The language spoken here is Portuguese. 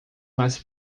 mais